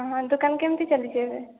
ହଁ ଦୋକାନ କେମତି ଚାଲିଛି ଏବେ